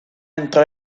entró